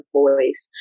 voice